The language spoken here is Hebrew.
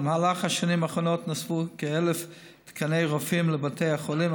במהלך השנים האחרונות נוספו כ-1,000 תקני רופאים לבתי החולים,